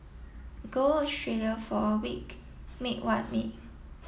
go Australia for a week mate what mate